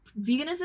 veganism